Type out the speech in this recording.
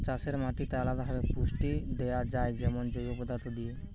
চাষের মাটিতে আলদা ভাবে পুষ্টি দেয়া যায় যেমন জৈব পদার্থ দিয়ে